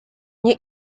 nie